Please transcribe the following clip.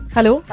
Hello